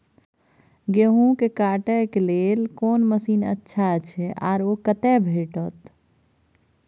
गेहूं के काटे के लेल कोन मसीन अच्छा छै आर ओ कतय भेटत?